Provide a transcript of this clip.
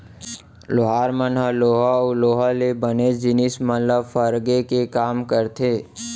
लोहार मन ह लोहा अउ लोहा ले बने जिनिस मन ल फरगे के काम करथे